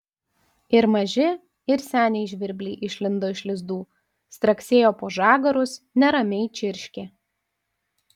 ir maži ir seniai žvirbliai išlindo iš lizdų straksėjo po žagarus neramiai čirškė